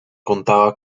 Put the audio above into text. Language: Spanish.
contaba